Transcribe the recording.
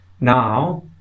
now